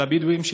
של הבדואים,